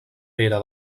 pere